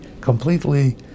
completely